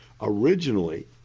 originally